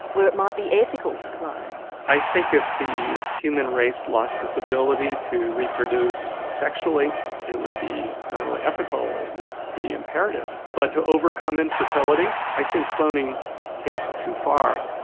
where it might be ethical to clone? i think if the human race lost its ability to reproduce sexually it would be not only ethical, it would be imperative. but to overcome infertility, i think cloning takes it too far.